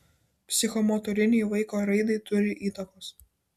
psichomotorinei vaiko raidai turi įtakos